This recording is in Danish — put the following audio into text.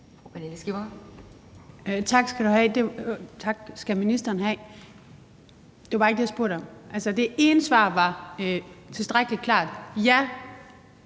Tak skal ministeren have. Det var ikke det, jeg spurgte om. Altså, det ene var tilstrækkelig klart: Ja,